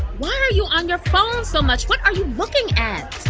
why are you on your phone so much? what are you looking at?